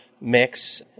mix